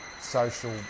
Social